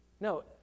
No